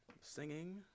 singing